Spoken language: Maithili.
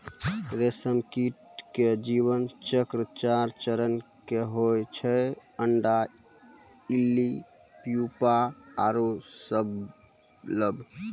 रेशम कीट के जीवन चक्र चार चरण के होय छै अंडा, इल्ली, प्यूपा आरो शलभ